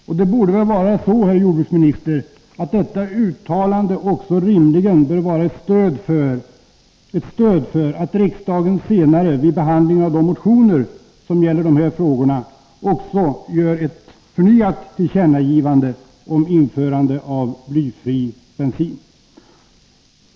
Detta uttalande borde väl, herr jordbruksminister, rimligen också utgöra ett stöd för att riksdagen senare vid behandlingen av de motioner som gäller dessa frågor gör ett förnyat tillkännagivande om införande av blyfri bensin.